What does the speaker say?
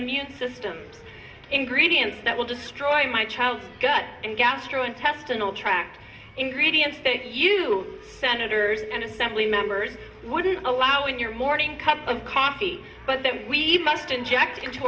immune system ingredients that will destroy my child's good and gastrointestinal tract ingredients that you senators and assembly members wouldn't allow in your morning cup of coffee but that we must inject into